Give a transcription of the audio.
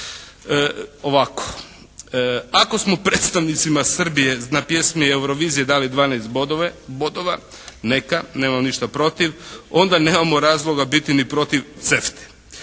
Ovako. Ako smo predstavnicima Srbije na pjesmi Eurovizije dali 12 bodova, neka nemam ništa protiv, onda nemamo razloga biti ni protiv CERTA-e.